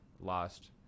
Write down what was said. lost